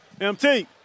Mt